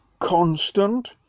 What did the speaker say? constant